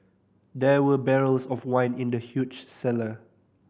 there were barrels of wine in the huge cellar